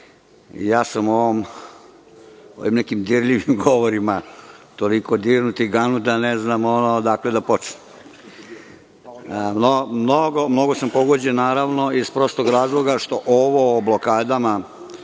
sam ovim dirljivim govorima toliko dirnut i ganut, da ne znam odakle da počnem. Mnogo sam pogođen, naravno, iz prostog razloga što je ovo o blokadama